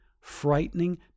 frightening